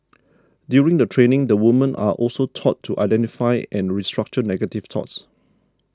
during the training the women are also taught to identify and restructure negative thoughts